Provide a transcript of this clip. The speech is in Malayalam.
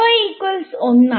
ആണ്